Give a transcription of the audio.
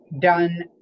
done